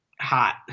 hot